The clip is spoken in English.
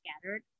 scattered